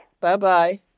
Bye-bye